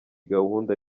gahunda